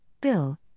Bill